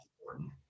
important